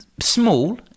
small